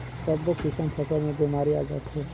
सब्बो किसम फसल मे बेमारी आ जाथे